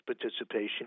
participation